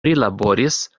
prilaboris